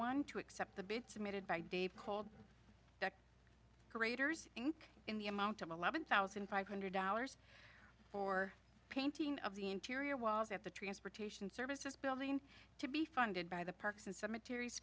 one two except the bit submitted by dave cold craters inc in the amount of eleven thousand five hundred dollars for a painting of the interior walls at the transportation services building to be funded by the parks and cemetaries